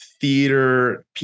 theater